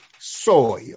soil